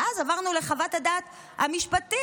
ואז עברנו לחוות הדעת המשפטית.